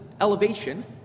elevation